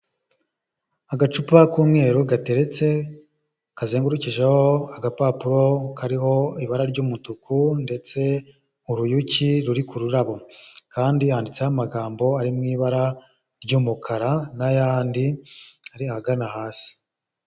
Agacupa k'umweru gateretse kazengurukijeho agapapuro kariho ibara ry'umutuku ndetse uruyuki ruri ku rurabo, kandi handitseho amagambo ari mu ibara ry'umukara n'ayandi ari ahagana hasi.